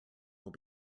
will